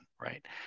right